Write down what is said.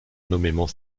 nommément